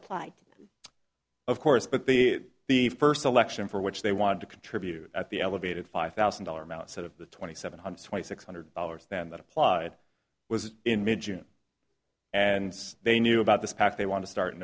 apply of course but the the first election for which they wanted to contribute at the elevated five thousand dollar amount said of the twenty seven hundred twenty six hundred dollars then that applied was in mid june and they knew about this pact they want to start in